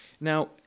Now